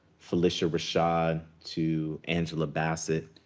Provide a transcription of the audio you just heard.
phylicia rashad to angela bassett.